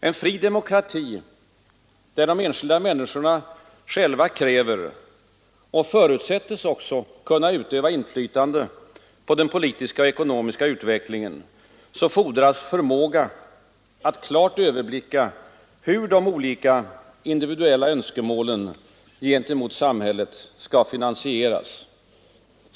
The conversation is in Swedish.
En fri demokrati, där de enskilda medborgarna själva kräver och även väntas kunna utöva inflytande på den politiska och ekonomiska utvecklingen, förutsätter förmåga att klart överblicka hur de skilda individuella önskemålen gentemot samhället skall finansieras.